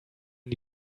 die